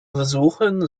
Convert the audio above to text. versuchen